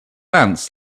ants